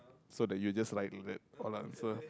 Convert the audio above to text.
so that you just like get all the answer